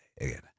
again